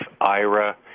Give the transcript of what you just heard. IRA